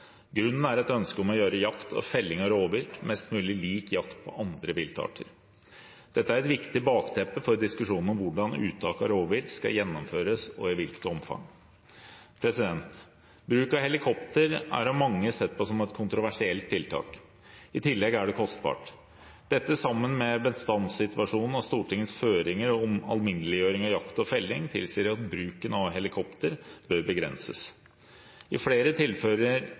Grunnen er et ønske om å gjøre jakt og felling av rovvilt mest mulig lik jakt på andre viltarter. Dette er et viktig bakteppe for diskusjonen om hvordan uttak av rovvilt skal gjennomføres, og i hvilket omfang. Bruk av helikopter er av mange sett på som et kontroversielt tiltak. I tillegg er det kostbart. Dette, sammen med bestandssituasjonen og Stortingets føringer om alminneliggjøring av jakt og felling, tilsier at bruken av helikopter bør begrenses. I flere tilfeller